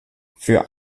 für